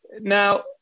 Now